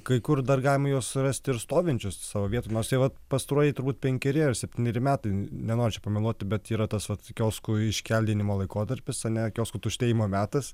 kai kur dar galima juos rasti ir stovinčius savo vietoj nors jie vat pastaruoju turbūt penkeri ar septyneri metai nenoriu čia pameluoti bet yra tas vat kioskų iškeldinimo laikotarpis ar ne kioskų tuštėjimo metas